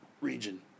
region